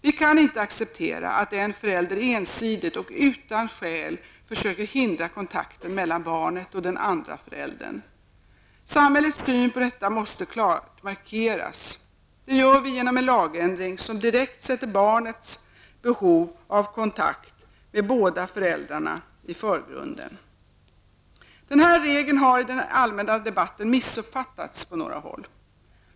Vi kan inte acceptera att en förälder ensidigt och utan skäl försöker hindra kontakten mellan barnet och den andra föräldern. Samhällets syn på detta måste klart markeras. Det gör vi genom en lagändring som direkt sätter barnets behov av kontakt med båda föräldrarna i förgrunden. Denna regel har i den allmänna debatten missuppfattats på några håll.